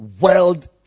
World